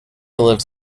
lives